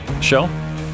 show